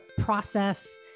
process